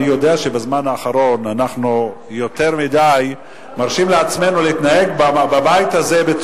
אנחנו הבנו את זה ככה ואתה מבין את זה אחרת.